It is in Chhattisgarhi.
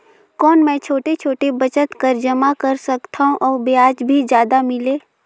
कौन मै छोटे छोटे बचत कर जमा कर सकथव अउ ब्याज भी जादा मिले?